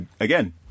again